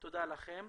תודה לכם.